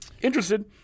Interested